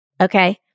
Okay